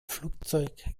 flugzeug